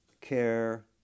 care